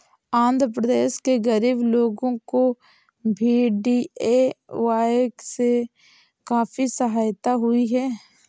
आंध्र प्रदेश के गरीब लोगों को भी डी.ए.वाय से काफी सहायता हुई है